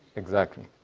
exactly.